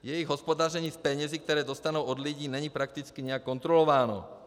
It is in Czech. Jejich hospodaření s penězi, které dostanou od lidí, není prakticky nijak kontrolováno.